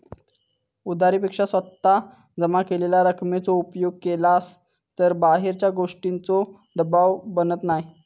उधारी पेक्षा स्वतः जमा केलेल्या रकमेचो उपयोग केलास तर बाहेरच्या गोष्टींचों दबाव बनत नाय